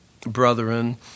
brethren